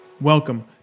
Welcome